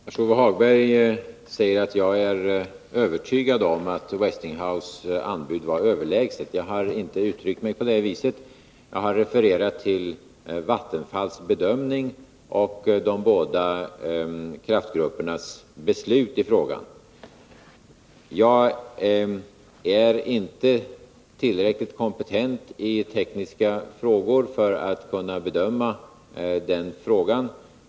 Fru talman! Lars-Ove Hagberg säger att jag är övertygad om att anbudet från Westinghouse var överlägset. Jag har inte uttryckt mig på det viset. Jag har refererat till Vattenfalls bedömning och till de båda kraftgruppernas beslut i frågan. Jag är inte tillräckligt kompetent i tekniska frågor för att kunna bedöma den här saken.